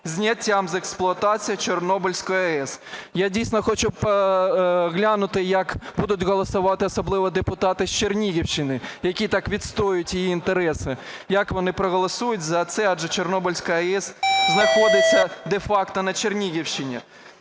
зняттям з експлуатації Чорнобильської АЕС. Я дійсно хочу глянути, як будуть голосувати особливо депутати з Чернігівщини, які так відстоюють її інтереси. Як вони проголосують за це, адже Чорнобильська АЕС знаходиться де-факто на Чернігівщині.